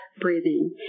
breathing